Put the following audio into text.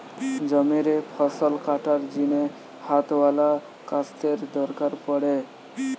জমিরে ফসল কাটার জিনে হাতওয়ালা কাস্তের দরকার পড়ে